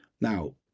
Now